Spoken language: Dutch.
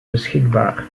beschikbaar